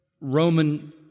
Roman